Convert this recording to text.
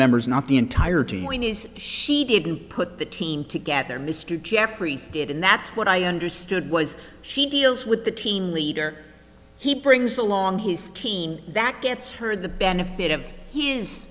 members not the entire team win is she didn't put the team together mr jeffries did and that's what i understood was she deals with the team leader he brings along his teen that gets her the benefit of his